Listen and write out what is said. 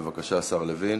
בבקשה, השר לוין.